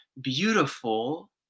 beautiful